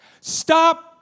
Stop